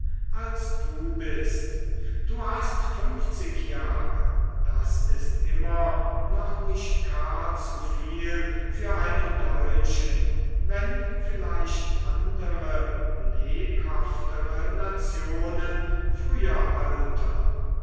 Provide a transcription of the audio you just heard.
als du bist du hast funfzig jahre das ist immer noch nicht gar zu viel für einen deutschen wenn vielleicht andere lebhaftere nationen früher altern